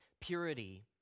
purity